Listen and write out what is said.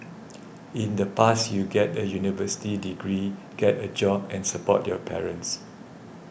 in the past you get a university degree get a job and support your parents